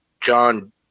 John